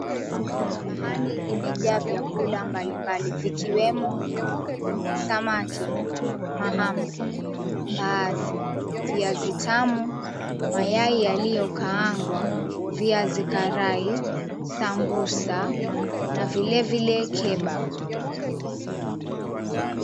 Sahani imejaa vyakula mbalimbali vikiwemo samaki, mahamri, mbahazi, viazi tamu, mayai yaliyokaangwa, viazi karai, sambusa na vile vile kebab.